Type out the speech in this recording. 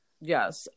yes